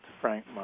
Frank